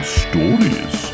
stories